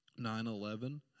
9-11